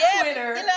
Twitter